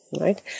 right